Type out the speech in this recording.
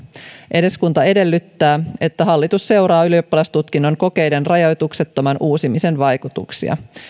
eduskunta edellyttää että hallitus seuraa ylioppilastutkinnon kokeiden rajoituksettoman uusimisen vaikutuksia